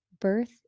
birth